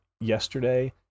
yesterday